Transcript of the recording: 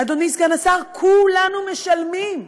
אדוני סגן השר, כולנו משלמים,